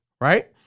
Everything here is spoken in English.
right